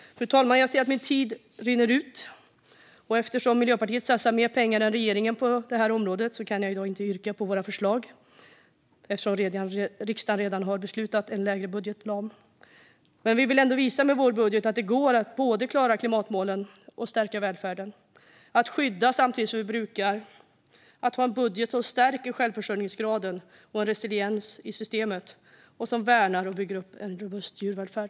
Fru talman! Min talartid rinner ut. Eftersom Miljöpartiet satsar mer pengar än regeringen på det här området kan jag inte yrka bifall till våra förslag. Riksdagen här nämligen redan beslutat om en lägre budgetram. Men vi vill med vår budget ändå visa att det går att både klara klimatmålen och stärka välfärden. Det går att skydda samtidigt som vi brukar. Det går att ha en budget som stärker både självförsörjningsgraden och resiliensen i systemet och som värnar och bygger upp en robust djurvälfärd.